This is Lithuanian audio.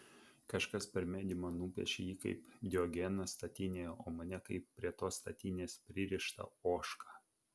kažkas per mediumą nupiešė jį kaip diogeną statinėje o mane kaip prie tos statinės pririštą ožką